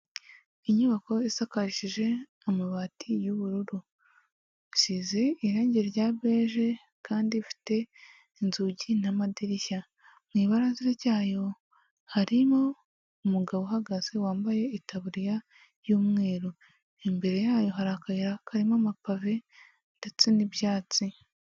Inyubako isakajije amabati y'ubururu. Isize irangi rya beje, kandi ifite inzugi n'amadirishya. Mu ibarazara ryayo, harimo umugabo uhagaze wambaye itaburiya y'umweru. Imbere yayo hari akayira karimo amapave ndetse n'ibyatsi.